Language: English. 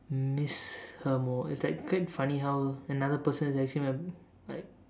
miss her more it's like quite funny how another person is actually my like